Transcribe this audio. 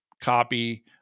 copy